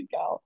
go